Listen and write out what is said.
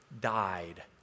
died